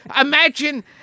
Imagine